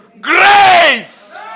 Grace